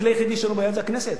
הכלי היחידי שיש לנו ביד זה הכנסת,